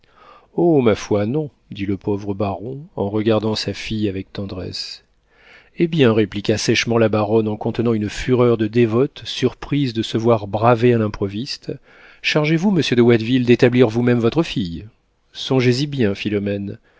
oh ma foi non dit le pauvre baron en regardant sa fille avec tendresse eh bien répliqua sèchement la baronne en contenant une fureur de dévote surprise de se voir bravée à l'improviste chargez-vous monsieur de watteville d'établir vous-même votre fille songez-y bien philomène